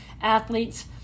athletes